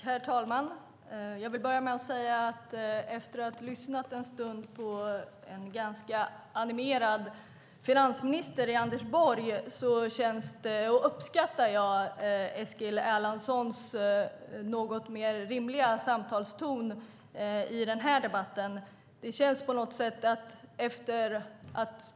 Herr talman! Jag ska börja med att säga att efter att jag har lyssnat en stund på en ganska animerad finansminister Anders Borg uppskattar jag Eskil Erlandssons något mer rimliga samtalston i denna debatt.